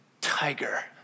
tiger